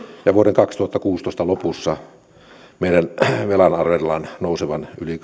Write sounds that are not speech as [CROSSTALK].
ja vuoden kaksituhattakuusitoista lopussa meidän velkamme arvellaan nousevan yli [UNINTELLIGIBLE]